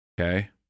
Okay